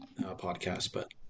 podcast—but